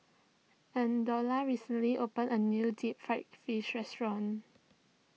Eldora recently opened a new Deep Fried Fish restaurant